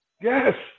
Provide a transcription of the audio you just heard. Yes